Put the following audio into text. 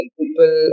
people